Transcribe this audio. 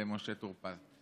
משה טור פז.